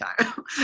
time